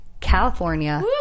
California